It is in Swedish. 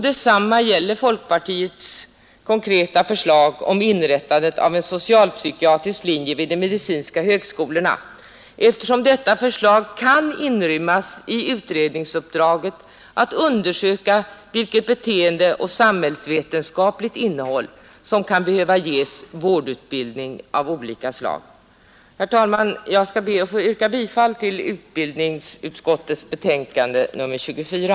Detsamma gäller folkpartiets konkreta förslag om inrättandet av en socialpsykiatrisk linje vid de medicinska högskolorna, eftersom detta förslag kan inrymmas i utredningsuppdraget att undersöka vilket beteendeoch samhällsvetenskapligt innehåll som kan behöva ges vårdutbildning av olika slag. Herr talman! Jag skall be att få yrka bifall till utbildningsutskottets hemställan i dess betänkande nr 24.